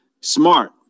Smart